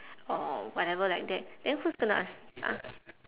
or whatever like that then who's gonna ask uh